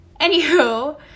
anywho